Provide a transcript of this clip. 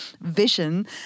vision